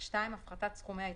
הפחתת2.